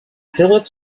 philip